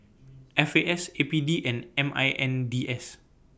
F A S A P D and M I N D S